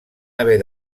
haver